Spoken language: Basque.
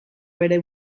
bere